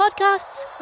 podcasts